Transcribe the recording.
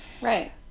Right